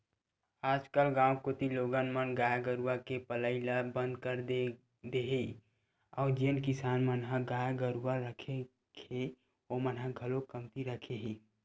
आजकल गाँव कोती लोगन मन गाय गरुवा के पलई ल बंद कर दे हे अउ जेन किसान मन ह गाय गरुवा रखे हे ओमन ह घलोक कमती रखे हे